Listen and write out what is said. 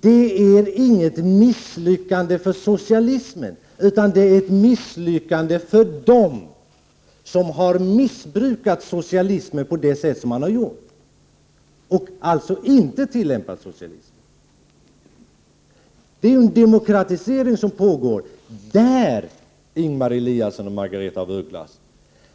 Det är inget misslyckande för socialismen utan ett misslyckande för dem som har missbrukat socialismen på det sättet som de har gjort. De har alltså inte tillämpat socialismen. Det är ju en demokratisering som nu pågår, Ingemar Eliasson och Margaretha af Ugglas,